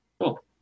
Cool